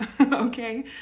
okay